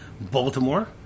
Baltimore